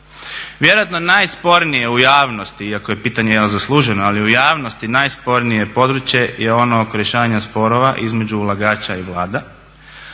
Vjerojatno najspornije u javnosti iako je pitanje zasluženo, ali u javnosti najspornije područje je ono oko rješavanja sporova između ulagača i Vlada,